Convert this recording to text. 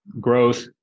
growth